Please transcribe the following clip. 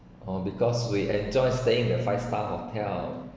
oh because we enjoy staying the five star hotel